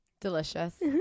Delicious